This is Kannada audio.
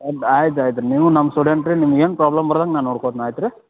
ಆಯ್ತು ಆಯ್ತು ರೀ ನೀವು ನಮ್ಮ ಸ್ಟೂಡೆಂಟ್ ರೀ ನಿಮ್ಗ ಏನು ಪ್ರಾಬ್ಲಮ್ ಬರ್ದಂಗೆ ನಾ ನೋಡ್ಕೋತ್ನ ಆಯ್ತು ರೀ